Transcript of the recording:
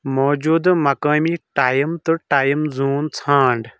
موجودٕ مقٲمی ٹایم تہٕ ٹایم زون ژھانٛڈ